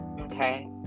okay